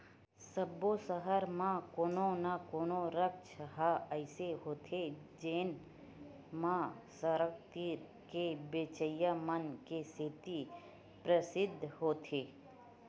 सब्बो सहर म कोनो न कोनो रद्दा ह अइसे होथे जेन म सड़क तीर के बेचइया मन के सेती परसिद्ध होथे